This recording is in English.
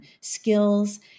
skills